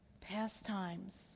pastimes